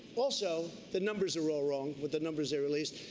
also, the numbers are all wrong, with the numbers they released.